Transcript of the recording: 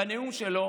בנאום שלו,